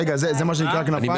זה מה שנקרא כנפיים?